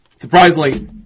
Surprisingly